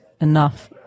enough